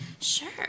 Sure